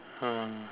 ah